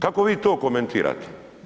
Kako vi to komentirate?